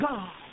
God